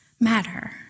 matter